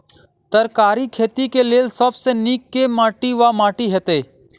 तरकारीक खेती केँ लेल सब सऽ नीक केँ माटि वा माटि हेतै?